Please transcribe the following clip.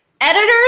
Editors